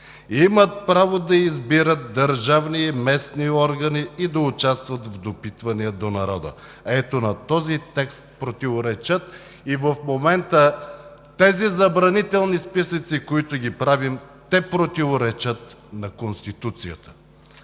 имат право да избират държавни и местни органи и да участват в допитвания до народа.“ Ето на този текст противоречат и в момента тези забранителни списъци, които ги правим, а те противоречат и на Конституцията.